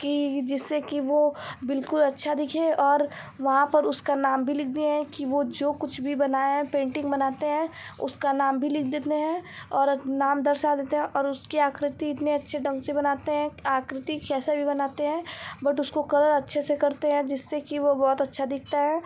की जिससे कि वो बिल्कुल अच्छा दिखे और वहाँ पर उसका नाम भी लिख दिए हैं की वो जो कुछ भी बनाया है पेंटिंग बनाते हैं उसका नाम भी लिख देते हैं और नाम दर्शा देते हैं और उसकी आकृति इतने अच्छे ढंग से बनाते हें आकृति कैसा भी बनाते हैं बट उसको कलर अच्छे से करते हें जिससे कि वो बहुत अच्छा दिखता है